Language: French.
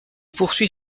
poursuit